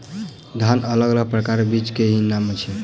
धान अलग अलग प्रकारक बीज केँ की नाम अछि?